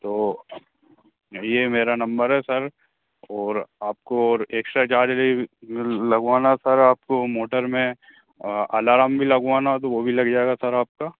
तो नहीं ये मेरा नम्बर है सर और आपको और एक्स्ट्रा चार्ज लगवाना सर आपको मोटर में अलारम भी लगवाना है तो वह भी लग जाएगा सर आपका